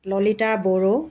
Lalita Bodo